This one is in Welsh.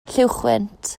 lluwchwynt